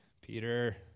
Peter